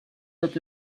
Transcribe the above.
dut